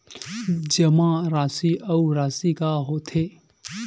जमा राशि अउ राशि का होथे?